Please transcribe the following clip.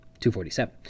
247